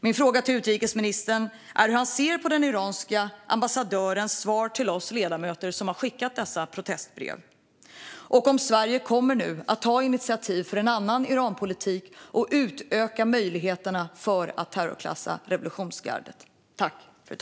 Min fråga till utrikesministern är hur han ser på den iranska ambassadörens svar till oss ledamöter som har skickat dessa protestbrev samt om Sverige nu kommer att ta initiativ till en annan Iranpolitik och utöka möjligheterna att terrorklassa revolutionsgardet.